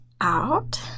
out